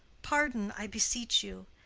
pardon, i beseech you!